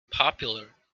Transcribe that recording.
popular